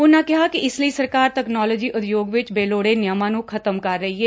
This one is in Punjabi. ਉਨੂਾਂ ਕਿਹਾ ਕਿ ਇਸ ਲਈ ਸਰਕਾਰ ਤਕਨਾਲੋਜੀ ਉਦਯੋਗ ਵਿਚ ਬੇਲੋਤੇ ਨਿਯਮ ਨੂੰ ਖ਼ਤੱਮ ਕਰ ਰਹੀ ਏ